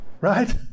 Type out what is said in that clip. Right